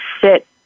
sit